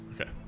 Okay